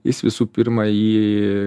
jis visų pirma jį